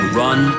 run